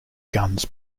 guns